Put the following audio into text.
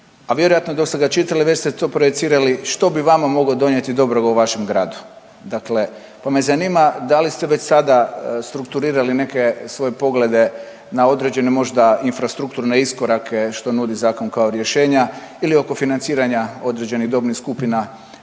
a vjerojatno dok ste ga čitali već ste to projicirali što bi vama mogao donijeti dobroga u vašem gradu. Dakle, pa me zanima da li ste već sada strukturirali neke svoje poglede na određene možda infrastrukturne iskorake što nudi zakon kao rješenja ili oko financiranja određenih dobnih skupina